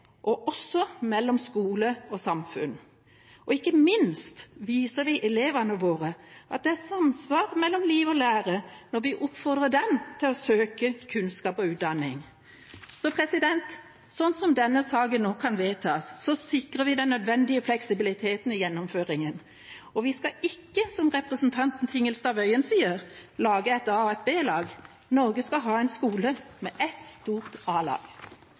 og mellom skole og samfunn. Ikke minst viser vi elevene våre at det er samsvar mellom liv og lære når vi oppfordrer dem til å søke kunnskap og utdanning. Sånn som denne saken nå kan vedtas, sikrer vi den nødvendige fleksibiliteten i gjennomføringen. Vi skal ikke – som representanten Tingelstad Wøien sier – lage et A-lag og et B-lag. Norge skal ha en skole med ett stort